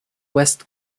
west